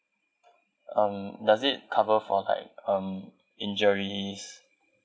um does it cover for like um injuries